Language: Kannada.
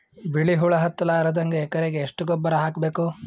ಬಿಳಿ ಹುಳ ಹತ್ತಲಾರದಂಗ ಎಕರೆಗೆ ಎಷ್ಟು ಗೊಬ್ಬರ ಹಾಕ್ ಬೇಕು?